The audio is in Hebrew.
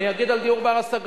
אני אגיד על דיור בר-השגה.